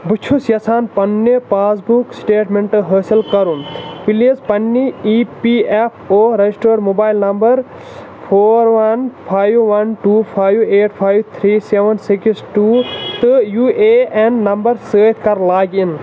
بہٕ چھُس یژھان پنٛنہِ پاس بُک سٕٹیٹمٮ۪نٹ حٲصِل کَرُن پٕلیٖز پنٛنہِ E P F O registered mobile number four one five one two five eight five three seven six two تہٕ یوٗ اے اٮ۪ن نمبر سۭتۍ کَر لاگ اِن